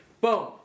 Boom